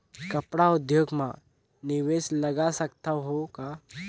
कपड़ा उद्योग म निवेश लगा सकत हो का?